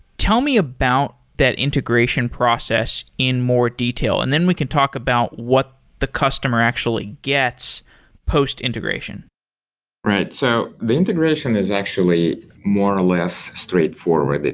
tell me about that integration process in more detail, and then we can talk about what the customer actually gets post-integration. right. so, the integration is actually more or less straightforward,